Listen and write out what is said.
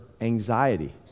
anxiety